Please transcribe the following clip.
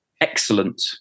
excellent